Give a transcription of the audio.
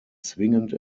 zwingend